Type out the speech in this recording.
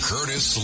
Curtis